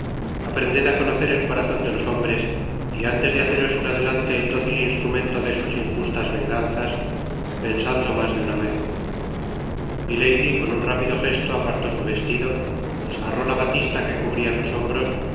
aprended á conocer el corazon de los hombres y antes de haceros en adelante el dócil instrumento de sus injustas venganzas pensadlo mas de una vez milady con un rápido gesto apartó su vestido desgarró la batista que cubria sus hombros